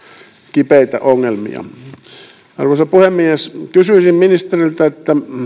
kipeitä ongelmia arvoisa puhemies kysyisin ministeriltä